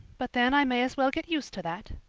but then, i may as well get used to that.